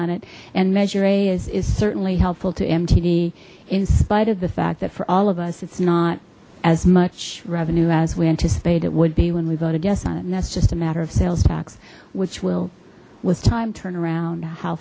on it and measure a is is certainly helpful to mtd in spite of the fact that for all of us it's not as much revenue as we anticipate it would be when we vote a guess on it and that's just a matter of sales tax which will was time turnaround how